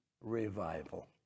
revival